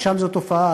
ושם זו תופעה,